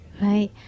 right